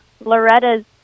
Loretta's